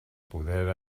poder